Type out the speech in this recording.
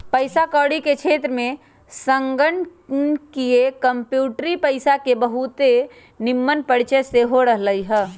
पइसा कौरी के क्षेत्र में संगणकीय कंप्यूटरी पइसा के बहुते निम्मन परिचय सेहो रहलइ ह